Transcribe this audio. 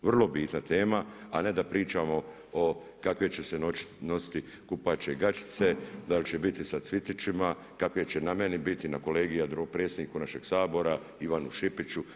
Vrlo bitna tema, a ne da pričamo o kakve će se nositi kupaće gaćice, da li će biti sa cvitićima, kakve će na meni biti, na kolegi, na predsjedniku našeg Sabora, Ivanu Šipiću.